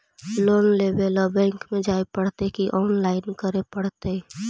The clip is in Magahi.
लोन लेवे ल बैंक में जाय पड़तै कि औनलाइन करे पड़तै?